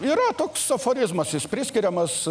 yra toks aforizmas priskiriamas